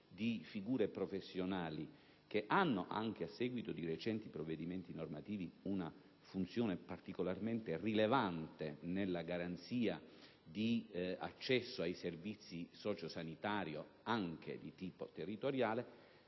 di figure professionali che hanno, anche a seguito di recenti provvedimenti normativi, una funzione particolarmente rilevante nella garanzia di accesso ai servizi socio-sanitari anche di tipo territoriale,